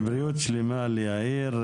בריאות שלמה ליאיר,